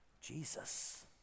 Jesus